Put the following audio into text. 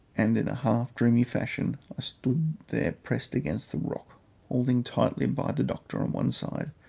and in a half dreamy fashion i stood there pressed against, the rock holding tightly by the doctor on one side,